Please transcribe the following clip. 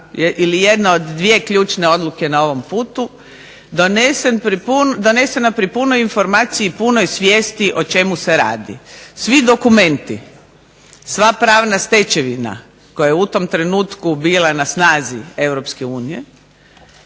ili jedna od dvije ključne odluke na ovom putu, donesena pri punoj informaciji i punoj svijesti o čemu se radi. Svi dokumenti, sva pravna stečevina koja je u tom trenutku bila na snazi EU